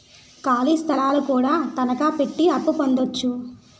ఖాళీ స్థలాలు కూడా తనకాపెట్టి అప్పు పొందొచ్చు